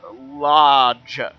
large